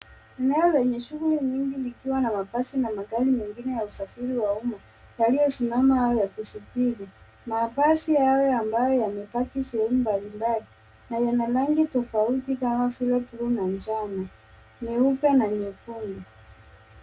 Eneo lenye shughuli nyingi likiwa na mabasi na magari nyingine za usafiri wa umma yalio simama au kusubiri. Mabasi hayo ambayo yamepaki sehemu mbali mbali yana rangi tofauti kama vile njano, nyeupe na nyekundu.